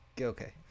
Okay